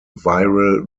viral